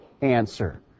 answer